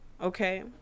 Okay